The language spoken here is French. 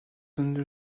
donner